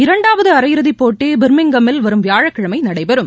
இரண்டாவது அரையிறுதி போட்டி பர்மிங்காமில் வரும் வியாழக்கிழமை நடைபெறும்